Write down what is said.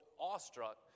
awestruck